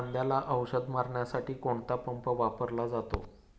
कांद्याला औषध मारण्यासाठी कोणता पंप वापरला जातो?